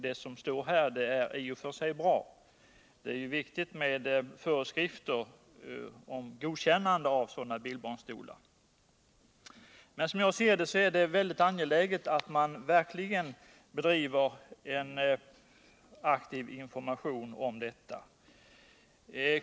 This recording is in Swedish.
Det han säger är i och för sig bra — det är ju viktigt med föreskrifter om godkännande av bilbarnstolar — men som jag ser det är det väldigt angeläget att man också bedriver en aktiv information.